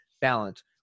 balance